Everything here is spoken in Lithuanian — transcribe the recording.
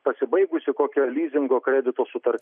pasibaigusi kokio lizingo kredito sutartis